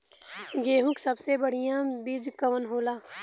गेहूँक सबसे बढ़िया बिज कवन होला?